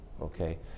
okay